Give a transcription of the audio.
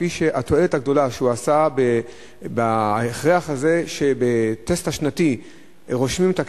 התועלת הגדולה שהוא עשה בהכרח הזה שבטסט השנתי רושמים את הקילומטרז',